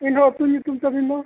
ᱮᱱ ᱦᱚᱸ ᱟᱛᱳ ᱧᱩᱛᱩᱢ ᱛᱟᱹᱵᱤᱱ ᱫᱚ